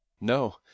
No